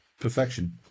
perfection